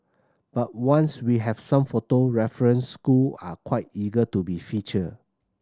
but once we have some photo references school are quite eager to be featured